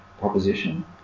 proposition